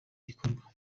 gikorwa